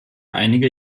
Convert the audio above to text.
einige